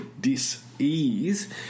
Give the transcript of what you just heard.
dis-ease